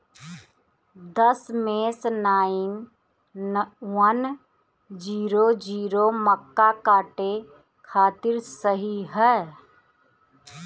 दशमेश nine one zero zero मक्का काटे खातिर सही ह?